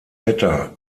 vetter